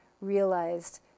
realized